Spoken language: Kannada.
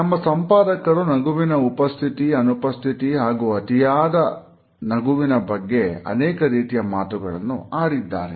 ನಮ್ಮ ಸಂವಾದಕರು ನಗುವಿನ ಉಪಸ್ಥಿತಿ ಅನುಪಸ್ಥಿತಿ ಹಾಗೂ ಅತಿಯಾದ ನಗುವಿನ ಬಗ್ಗೆ ಅನೇಕ ರೀತಿಯ ಮಾತುಗಳನ್ನು ಆಡಿದ್ದಾರೆ